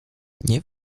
nie